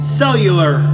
cellular